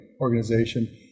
organization